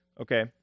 Okay